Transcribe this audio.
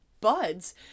buds